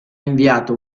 inviata